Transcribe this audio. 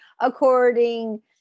according